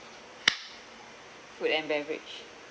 food and beverage